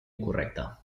incorrecta